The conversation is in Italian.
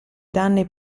danni